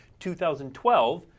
2012